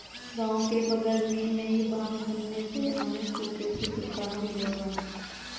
गांव के बगल में नई बांध बनने से हमें सूखे से छुटकारा मिलेगा